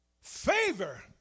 Favor